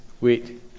wait